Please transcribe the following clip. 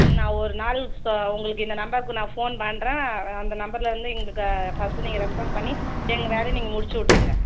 ம் நான் ஒரு நாள் ச உங்களுக்கு இந்த நம்பருக்கு நான் ஃபோன் பண்ணுறேன் ஆ அந்த நம்பரில் இருந்து எங்களுக்கு ஃபர்ஸ்ட் நீங்கள் ரெஸ்பான்ஸ் பண்ணி எங்கள் வேலையை நீங்கள் முடித்து விட்ருங்க